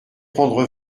prendre